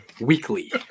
Weekly